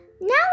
Now